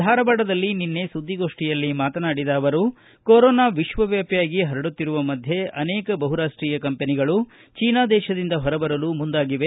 ಧಾರವಾಡದಲ್ಲಿ ನಿನ್ನೆ ಸುದ್ದಿಗೋಷ್ನಿಯಲ್ಲಿ ಮಾತನಾಡಿದ ಅವರು ಕೊರೊನಾ ವಿಶ್ವವ್ಲಾಪಿಯಾಗಿ ಹರಡುತ್ತಿರುವ ಮಧ್ದೆ ಅನೇಕ ಬಹುರಾಷ್ಷೀಯ ಕಂಪೆನಿಗಳು ಚೈನಾ ದೇಶದಿಂದ ಹೊರಬರಲು ಮುಂದಾಗಿವೆ